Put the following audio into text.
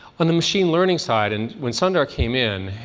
on the machine learning side and when sundar came in,